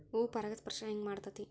ಹೂ ಪರಾಗಸ್ಪರ್ಶ ಹೆಂಗ್ ಮಾಡ್ತೆತಿ?